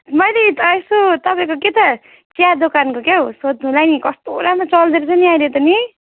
मैले त यसो तपाईँको के त चिया दोकानको क्या हो सोध्नुलाई नि कस्तो राम्रो चल्दोरहेछ नि अहिले त नि